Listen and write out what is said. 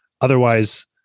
otherwise